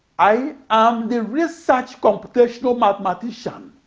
i am the research computational mathematician